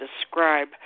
describe